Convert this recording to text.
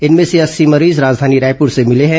इनमें से अस्सी मरीज राजधानी रायपुर से मिले हैं